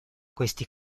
questi